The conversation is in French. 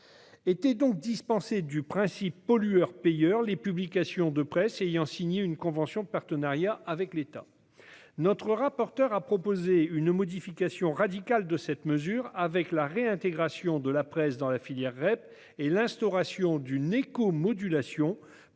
Étaient donc dispensées du principe pollueur-payeur les publications de presse ayant signé une convention de partenariat avec l'État. Notre rapporteure a proposé une modification radicale de cette mesure avec la réintégration de la presse dans la filière REP et l'instauration d'une écomodulation pour les